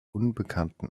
unbekannten